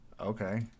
Okay